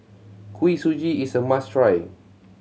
Kuih Suji is a must try